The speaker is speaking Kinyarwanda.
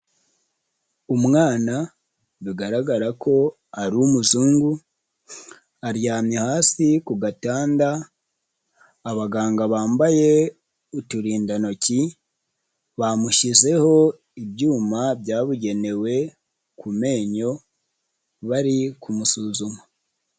Umwana bigaragara ko ari umuzungu aryamye hasi ku gatanda; abaganga bambaye uturindantoki bamushyizeho ibyuma byabugenewe ku menyo bari kumusuzuma.